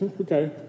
Okay